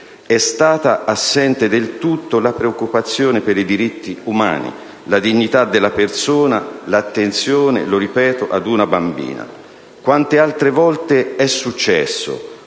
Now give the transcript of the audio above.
È stata assente del tutto la preoccupazione per i diritti umani, per la dignità della persona e l'attenzione ad una bambina. Quante altre volte è successo,